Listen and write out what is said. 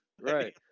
right